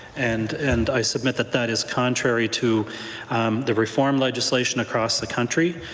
and and i submit that that is contrary to the reform legislation across the country.